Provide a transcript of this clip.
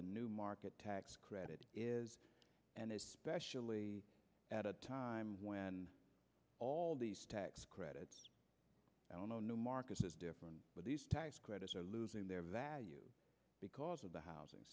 the new market tax credit is and especially at a time when all these tax credits i don't know new markets is different but these tax credits are losing their value because of the housing